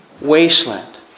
wasteland